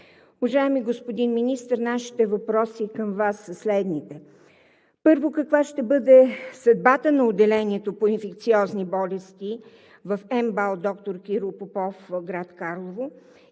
Уважаеми господин Министър, нашите въпроси към Вас са следните: първо, каква ще бъде съдбата на отделението по инфекциозни болести в МБАЛ „Д-р Киро Попов“, град Карлово,